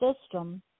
system